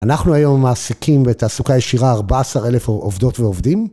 אנחנו היום מעסיקים בתעסוקה ישירה 14 אלף עובדות ועובדים.